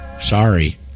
sorry